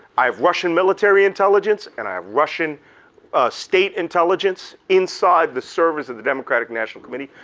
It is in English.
i have russian military intelligence and i have russian state intelligence inside the servers of the democratic national committee.